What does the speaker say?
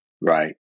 Right